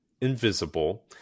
invisible